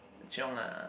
chiong ah